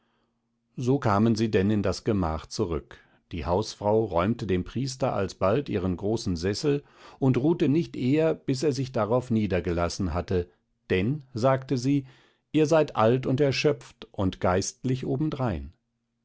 so kamen sie denn in das gemach zurück die hausfrau räumte dem priester alsbald ihren großen sessel und ruhte nicht eher bis er sich darauf niedergelassen hatte denn sagte sie ihr seid alt und erschöpft und geistlich obendrein